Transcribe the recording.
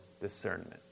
discernment